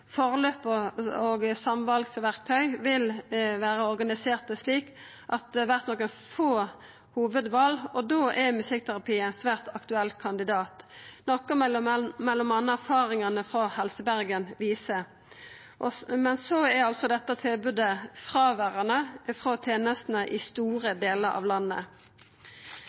Forløp og samvalsverktøy vil vera organiserte slik at det vert nokre få hovudval, og da er musikkterapi ein svært aktuell kandidat, noko m.a. erfaringane frå Helse Bergen viser. Men så er altså dette tilbodet fråverande i tenestene i store delar av landet.